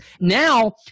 Now